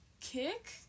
kick